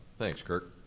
thanks, kirk.